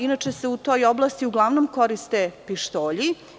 Inače, u toj oblasti se uglavnom koriste pištolji.